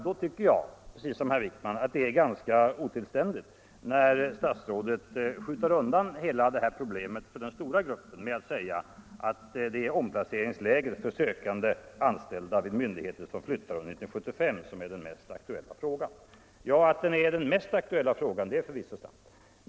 Då tycker jag, precis som herr Wijkman, att det är ganska otillständigt när statsrådet skjuter undan hela detta problem för den stora gruppen med att säga att det är ”omplaceringsläget för sökande, anställda vid myndigheter som flyttar under 1975, som är den mest aktuella frågan”. Att det är den mest aktuella frågan är förvisso sant.